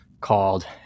called